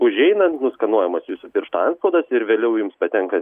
užeinant nuskanuojamas jūsų piršto anstpaudas ir vėliau jums patenkant